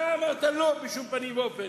אתה אמרת: לא, בשום פנים ואופן.